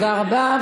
תודה רבה.